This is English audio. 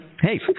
hey